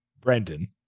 Brandon